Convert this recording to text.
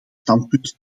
standpunt